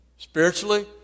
Spiritually